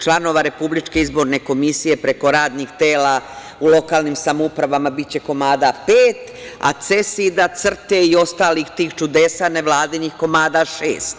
Članova Republičke izborne komisije preko radnih tela u lokalnim samoupravama biće komada pet, a CESID, CRTA i ostalih tih čudesa nevladinih komada šest.